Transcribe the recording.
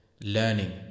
learning